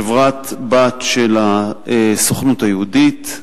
חברה-בת של הסוכנות היהודית,